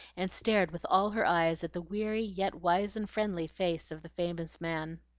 and stared with all her eyes at the weary yet wise and friendly face of the famous man.